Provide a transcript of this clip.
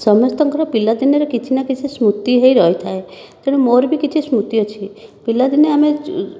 ସମସ୍ତଙ୍କର ପିଲାଦିନର କିଛି ନା କିଛି ସ୍ମୃତି ହୋଇ ରହିଥାଏ ତେଣୁ ମୋର ବି କିଛି ସ୍ମୃତି ଅଛି ପିଲାଦିନେ ଆମେ